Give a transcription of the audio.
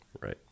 right